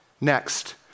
Next